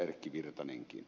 erkki virtanenkin